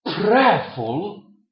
prayerful